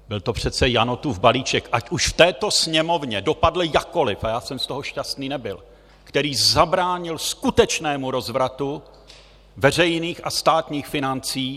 Byl to přece Janotův balíček, ať už v této Sněmovně dopadl jakkoliv, a já jsem z toho šťastný nebyl, který zabránil skutečnému rozvratu veřejných a státních financí.